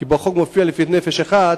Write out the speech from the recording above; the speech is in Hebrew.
כי בחוק מופיע לפי נפש אחת,